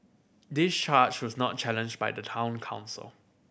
this charge was not challenged by the Town Council